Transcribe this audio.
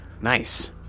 Nice